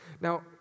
Now